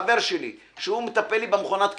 חבר שלי, שמטפל לי במכונת הכביסה.